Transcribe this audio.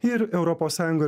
ir europos sąjunga